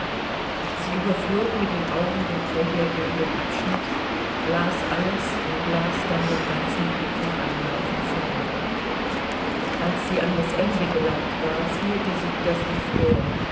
sie überflog mit den augen den vorhergehenden abschnitt las alles und las dann den ganzen brief noch einmal von vorn als sie an das ende gelangt war fühlte sie daß sie fror